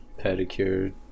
pedicure